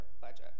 budget